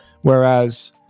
whereas